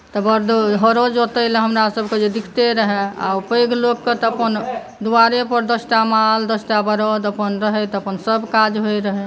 तऽ बरदो हरो जोतय लए हमरासभके जे दिक्क़ते रहै आ पैघ लोकके तऽ अपन दुआरि पर दसटा माल दसटा बरद अपन रहै तऽ अपन सभ काज होइ रहै